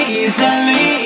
easily